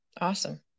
Awesome